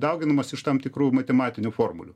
dauginamas iš tam tikrų matematinių formulių